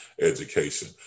education